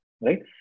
right